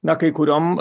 na kai kuriom